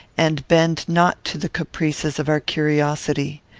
and bend not to the caprices of our curiosity.